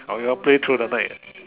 or you all play through the night